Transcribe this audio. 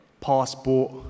passport